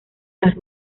las